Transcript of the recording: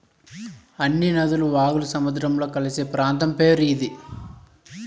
అన్ని నదులు వాగులు సముద్రంలో కలిసే ప్రాంతం పేరు ఇది